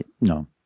No